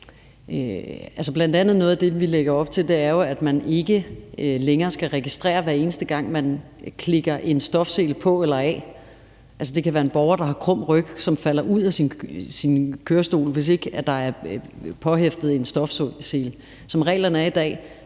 om det, at noget af det, vi lægger op til, jo er, at man ikke længere skal registrere det, hver eneste gang man klikker en stofsele på eller af. Altså, det kan være en borger, der har krum ryg, og som falder ud af sin kørestol, hvis ikke der er påhæftet en stofsele. Som reglerne er i dag,